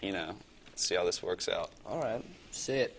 you know see how this works out all right sit